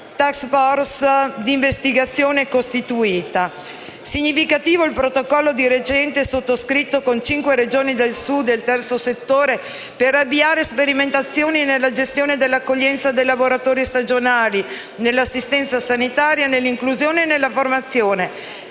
il protocollo di recente sottoscritto con cinque Regioni del Sud e il terzo settore per avviare sperimentazioni nella gestione dell'accoglienza dei lavoratori stagionali, nell'assistenza sanitaria, nell'inclusione e nella formazione.